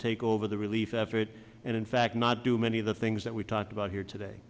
take over the relief effort and in fact not do many of the things that we talked about here today